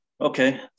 Okay